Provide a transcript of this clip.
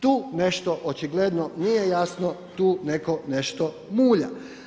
Tu nešto očigledno nije jasno, tu neko nešto mulja.